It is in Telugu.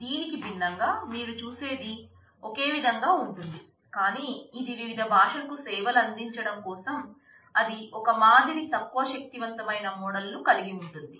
దీనికి భిన్నంగా మీరు చూసేది ఒకే విధంగా ఉంటుంది కానీ ఇది వివిధ భాషలకు సేవలందించడం కోసం అది ఒక మాదిరి తక్కువ శక్తివంతమైన మోడల్ ను కలిగి ఉంటుంది